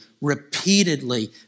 repeatedly